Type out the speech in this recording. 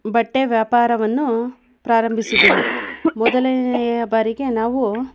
ಬಟ್ಟೆ ವ್ಯಾಪಾರವನ್ನು ಪ್ರಾರಂಭಿಸಿದೆವು ಮೊದಲನೆಯ ಬಾರಿಗೆ ನಾವು